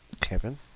Kevin